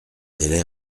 délai